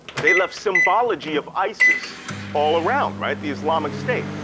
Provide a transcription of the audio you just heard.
they left symbology of isis all around, right? the islamic state.